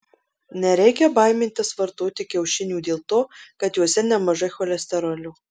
nereikia baimintis vartoti kiaušinių dėl to kad juose nemažai cholesterolio